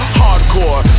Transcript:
hardcore